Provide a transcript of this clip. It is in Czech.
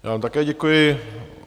Já vám také děkuji.